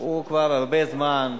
הוא כבר הרבה זמן.